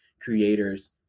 creators